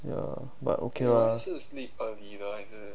ya but okay lah